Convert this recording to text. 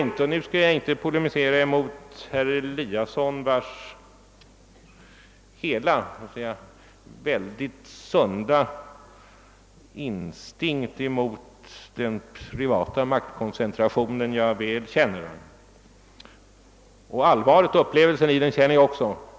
Nu skall jag inte polemisera mot herr Eliasson, vars sunda instinkt mot privat maktkoncentration jag väl känner.